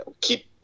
keep